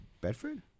Bedford